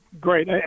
great